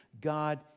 God